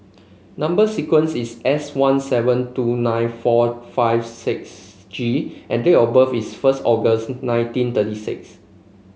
number sequence is S one seven two nine four five six G and date of birth is first August nineteen thirty six